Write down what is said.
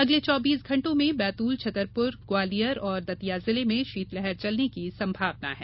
अगले चौबीस घंटों में बैतूल छतरपुर ग्वालियर और दतिया जिले में शीतलहर चलने की संभावना है